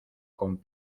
con